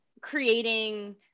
creating